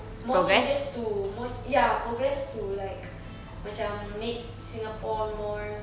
more changes to more ya progress to like macam make singapore more